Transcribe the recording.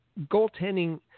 goaltending